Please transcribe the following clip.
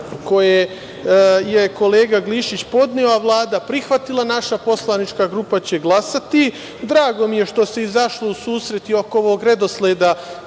koje je kolega Glišić podneo, a Vlada prihvatila, naša poslanička grupa će glasati. Drago mi je što se izašlo u susret i oko ovog redosleda